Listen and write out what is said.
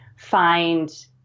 find